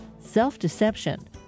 Self-Deception